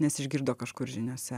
nes išgirdo kažkur žiniose